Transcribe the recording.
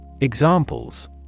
Examples